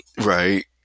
Right